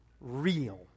real